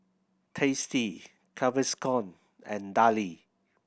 Tasty Gaviscon and Darlie